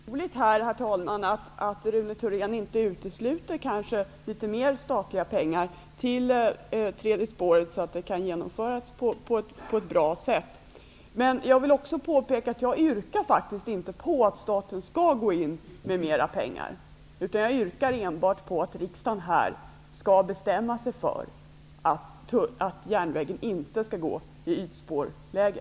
Herr talman! Det är mycket roligt att Rune Thorén inte utesluter litet mer statliga pengar till tredje spåret, så att det kan genomföras på ett bra sätt. Men jag vill också påpeka att jag faktiskt inte yrkar på att staten skall gå in med mera pengar. Jag yrkar enbart på att riksdagen här skall bestämma sig för att järnvägen inte skall gå i ytspårläge.